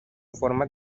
formas